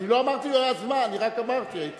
זה, אני לא אמרתי, אני רק אמרתי: הייתם.